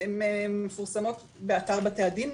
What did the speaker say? הם מפורסמות באתר בתי הדין.